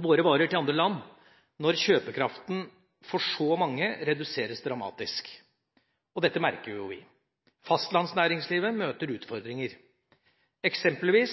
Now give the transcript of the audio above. våre varer til andre land når kjøpekraften for så mange reduseres dramatisk. Dette merker vi. Fastlandsnæringslivet møter utfordringer. Eksempelvis